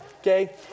okay